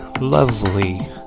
lovely